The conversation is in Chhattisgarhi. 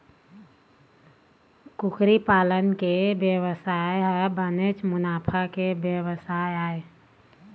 कुकरी पालन के बेवसाय ह बनेच मुनाफा के बेवसाय आय